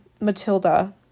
Matilda